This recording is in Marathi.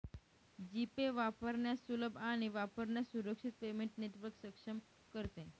जी पे वापरण्यास सुलभ आणि वापरण्यास सुरक्षित पेमेंट नेटवर्क सक्षम करते